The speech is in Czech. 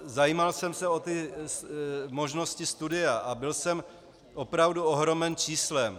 Zajímal jsem se o možnosti studia a byl jsem opravdu ohromen číslem.